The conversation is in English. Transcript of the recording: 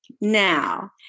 Now